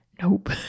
Nope